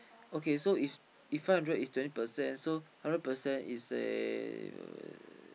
okay so if if five hundred twenty percent hundred percent is eh